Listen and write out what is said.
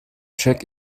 check